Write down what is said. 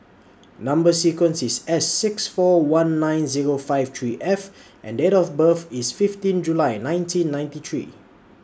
Number sequence IS S six four one nine Zero five three F and Date of birth IS fifteen July nineteen ninety three